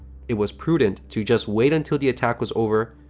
it was prudent to just wait until the attack was over,